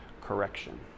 correction